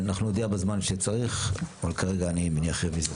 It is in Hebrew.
אנחנו נודיע בזמן שצריך, אבל כרגע אני מניח את זה.